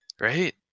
Right